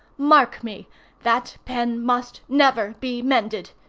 mark me that pen must never be mended!